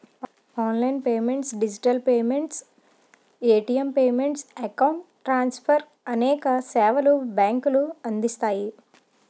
online payments digital payments, ATM payments, account transfer అనేక సేవలు బ్యాంకులు అందిస్తాయి